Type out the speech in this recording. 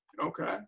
Okay